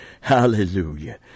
Hallelujah